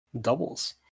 doubles